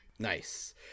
Nice